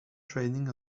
training